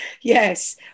yes